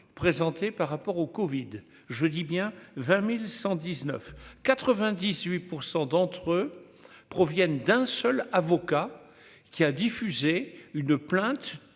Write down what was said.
présenté par rapport au Covid, je dis bien 20119 98 % d'entre eux proviennent d'un seul avocat qui a diffusé une plainte